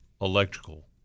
electrical